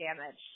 damage